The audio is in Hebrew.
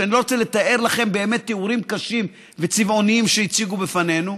שאני לא רוצה לתאר לכם באמת תיאורים קשים וצבעוניים שהציגו בפנינו,